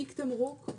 תיק תמרוק,